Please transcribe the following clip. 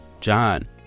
John